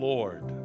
Lord